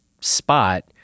spot